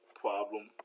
problem